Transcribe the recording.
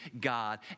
God